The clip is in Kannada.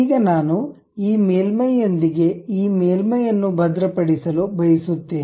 ಈಗ ನಾನು ಈ ಮೇಲ್ಮೈಯೊಂದಿಗೆ ಈ ಮೇಲ್ಮೈಯನ್ನು ಭದ್ರ ಪಡಿಸಲು ಬಯಸುತ್ತೇನೆ